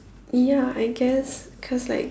ya I guess cause like